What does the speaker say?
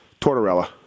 Tortorella